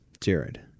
Jared